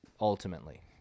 Ultimately